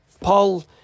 Paul